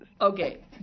Okay